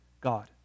God